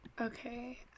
Okay